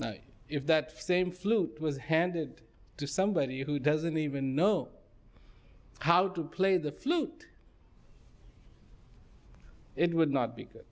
know if that same flute was handed to somebody who doesn't even know how to play the flute it would not be good